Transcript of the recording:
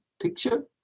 picture